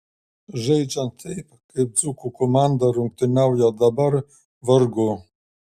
žaidžiant taip kaip dzūkų komanda rungtyniauja dabar vargu